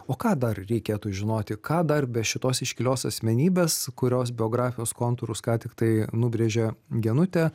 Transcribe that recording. o ką dar reikėtų žinoti ką dar be šitos iškilios asmenybės kurios biografijos kontūrus ką tiktai nubrėžė genutė